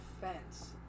fence